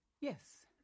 Yes